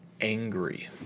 angry